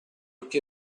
occhi